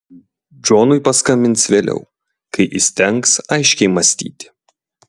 džonui paskambins vėliau kai įstengs aiškiai mąstyti